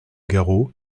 garot